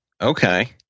Okay